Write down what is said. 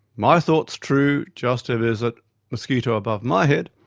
my thought's true just if there's a mosquito above my head,